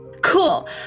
Cool